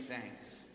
thanks